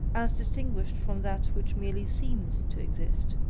as distinguished from that which merely seems to exist,